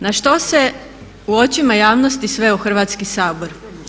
Na što se u očima javnosti sveo Hrvatski sabor?